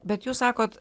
bet jūs sakot